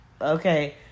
okay